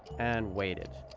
and waited.